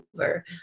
over